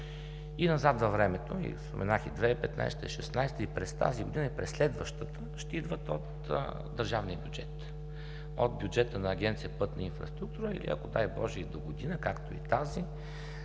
и назад във времето – споменах и 2015 г., 2016 г., и през тази година, и през следващата, ще идват от държавния бюджет, от бюджета на Агенция „Пътна инфраструктура“, или ако, дай Боже, и догодина е както и тази